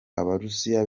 abarusiya